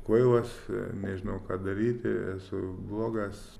kvailas nežinau ką daryti esu blogas